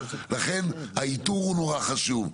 ולכן האיתור הוא נורא חשוב,